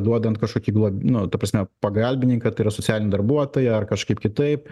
duodant kažkokį glo nu ta prasme pagalbininką tai yra socialinį darbuotoją ar kažkaip kitaip